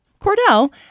Cordell